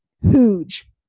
Huge